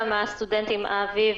גם הסטודנטים אביב,